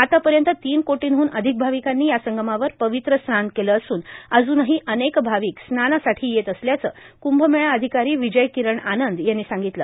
आतापर्यंत तीन कोर्टीहून अधिक भाविकांनी या संगमावर पवित्र स्नान केलं असून अजूनही अनेक भाविक स्नानासाठी येत असल्याचं कुंभमेळा अधिकारी विजय किरण आनंद यांनी सांगितलं